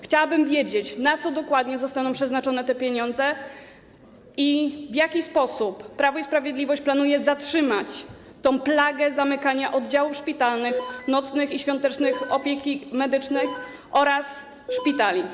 Chciałabym wiedzieć, na co dokładnie zostaną przeznaczone te pieniądze, i w jaki sposób Prawo i Sprawiedliwość planuje zatrzymać tę plagę zamykania oddziałów szpitalnych nocnej i świątecznej opieki medycznej oraz szpitali.